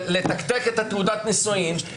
לתקתק את תעודת הנישואים,